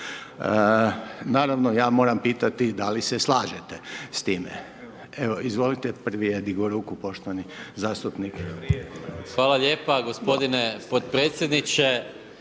Naravno, ja moram pitati da li se slažete s time? Evo, izvolite, prvi je digao ruku poštovani zastupnik. **Maras, Gordan (SDP)** Hvala lijepa gospodine potpredsjedniče.